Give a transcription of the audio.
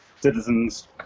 citizens